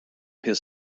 his